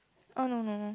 oh no no no